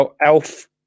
Elf